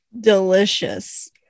Delicious